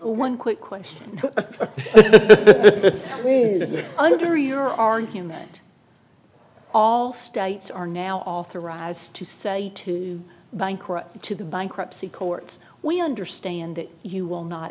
one quick question under your argument all states are now authorized to say to the bank or to the bankruptcy court we understand that you will not